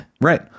Right